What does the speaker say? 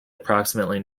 approximately